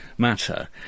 matter